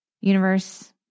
universe